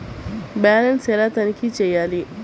Balance ఎలా తనిఖీ చేయాలి?